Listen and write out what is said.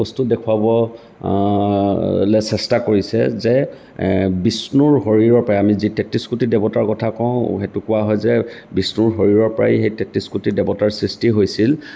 বস্তু দেখুৱাব লৈ চেষ্টা কৰিছে যে বিষ্ণুৰ শৰীৰৰ পৰা আমি যি তেত্ৰিছ কোটি দেৱতাৰ কথা কওঁ সেইটো কোৱা হয় যে বিষ্ণুৰ শৰীৰৰ পৰাই এই তেত্ৰিছ কোটি দেৱতাৰ সৃষ্টি হৈছিল